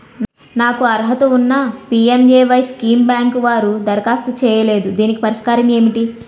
నాకు అర్హత ఉన్నా పి.ఎం.ఎ.వై స్కీమ్ బ్యాంకు వారు దరఖాస్తు చేయలేదు దీనికి పరిష్కారం ఏమిటి?